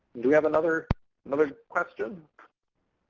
we have another another question?